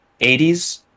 80s